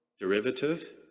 derivative